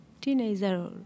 teenager